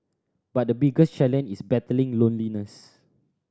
but the biggest challenge is battling loneliness